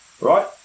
Right